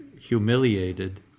humiliated